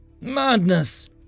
Madness